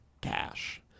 cash